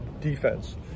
defense